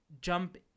jump